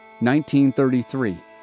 1933